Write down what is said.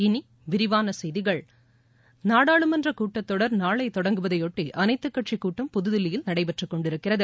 இனி விரிவான செய்திகள் நாடாளுமன்ற கூட்டத்தொடர் நாளை தொடங்குவதையொட்டி அனைத்து கட்சிக்கூட்டம் புதுதில்லியில் நடைபெற்று கொண்டிருக்கிறது